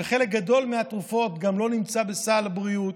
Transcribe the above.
וחלק גדול מהתרופות גם לא נמצא בסל הבריאות.